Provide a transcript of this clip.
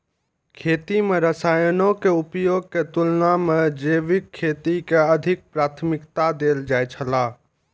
खेती में रसायनों के उपयोग के तुलना में जैविक खेती के अधिक प्राथमिकता देल जाय छला